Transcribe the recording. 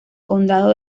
condado